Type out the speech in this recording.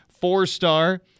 four-star